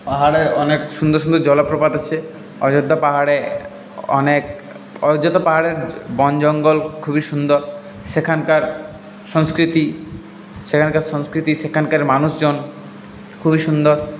পাহাড়ে অনেক সুন্দর সুন্দর জলপ্রপাত আছে অযোধ্যা পাহাড়ে অনেক অযোধ্যা পাহাড়ের বন জঙ্গল খুবই সুন্দর সেখানকার সংস্কৃতি সেখানকার সংস্কৃতি সেখানকার মানুষজন খুবই সুন্দর